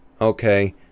okay